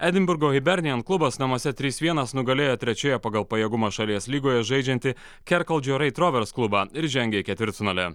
edinburgo hibernian klubas namuose trys vienas nugalėjo trečioje pagal pajėgumą šalies lygoje žaidžiantį kerkaldžio raith rovers klubą ir žengė į ketvirtfinalį